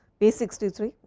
page sixty three.